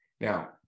Now